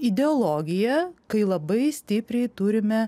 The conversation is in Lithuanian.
ideologija kai labai stipriai turime